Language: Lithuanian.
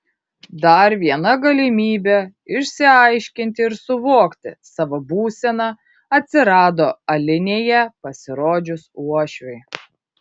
dar viena galimybė išsiaiškinti ir suvokti savo būseną atsirado alinėje pasirodžius uošviui